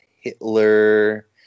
Hitler